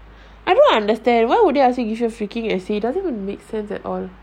I don't understand why would they ask you give them essay doesn't even make sense at all